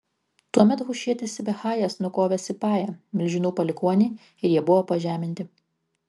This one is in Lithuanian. tuomet hušietis sibechajas nukovė sipają milžinų palikuonį ir jie buvo pažeminti